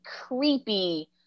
creepy